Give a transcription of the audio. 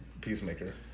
Peacemaker